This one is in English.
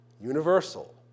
universal